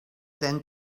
than